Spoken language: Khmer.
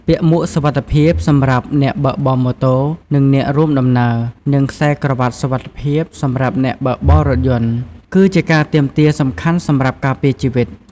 ពាក់មួកសុវត្ថិភាពសម្រាប់អ្នកបើកបរម៉ូតូ និងអ្នករួមដំណើរ និងខ្សែក្រវាត់សុវត្ថិភាពសម្រាប់អ្នកបើកបររថយន្ត គឺជាការទាមទារសំខាន់សម្រាប់ការពារជីវិត។